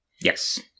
Yes